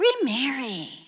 remarry